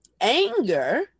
Anger